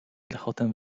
rechotem